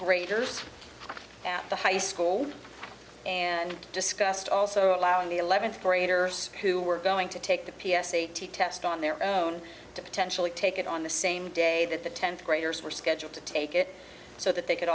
graders at the high school and discussed also allowing the eleventh graders who were going to take the p s a t test on their own to potentially take it on the same day that the tenth graders were scheduled to take it so that they could